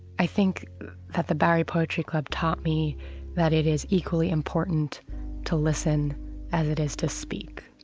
i think that the bowery poetry club taught me that it is equally important to listen as it is to speak.